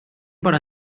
bara